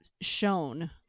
shown